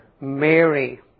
Mary